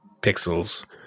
pixels